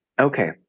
Okay